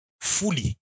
fully